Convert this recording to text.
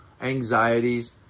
anxieties